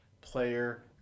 player